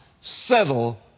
settle